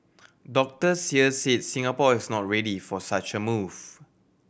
doctors here said Singapore is not ready for such a move